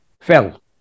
fell